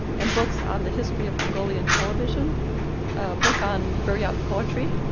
and books on the history of mongolian television, a book on buryat poetry,